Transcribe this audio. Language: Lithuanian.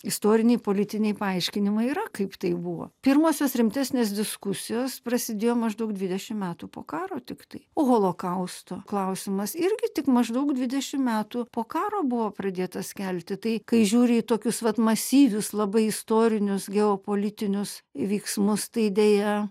istoriniai politiniai paaiškinimai yra kaip tai buvo pirmosios rimtesnės diskusijos prasidėjo maždaug dvidešim metų po karo tiktai o holokausto klausimas irgi tik maždaug dvidešim metų po karo buvo pradėtas kelti tai kai žiūri į tokius vat masyvius labai istorinius geopolitinius veiksmus tai deja